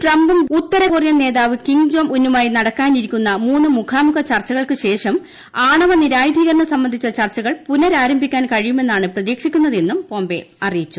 ട്രംപും ഉത്തരകൊറിയൻ നേതാവ് കിം ജോങ്ങ് ഉന്നുമായി നടക്കാനിരിക്കുന്ന മൂന്ന് മുഖാമുഖ ചർച്ചകൾക്ക് ശേഷം ആണവ നിരായുധീകരണം സംബന്ധിച്ച ചർച്ചകൾ പുനരാരംഭിക്കാൻ കഴിയുമെന്നാണ് പ്രതീക്ഷിക്കുന്നതെന്നും പോപെ അറിയിച്ചു